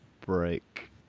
break